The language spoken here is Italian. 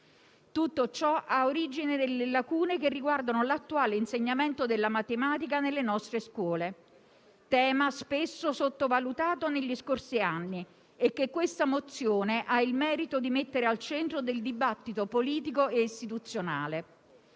Tutto ciò ha origine nelle lacune dell'attuale insegnamento della matematica nelle nostre scuole, tema spesso sottovalutato negli scorsi anni e che questa mozione ha il merito di mettere al centro del dibattito politico e istituzionale.